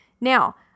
Now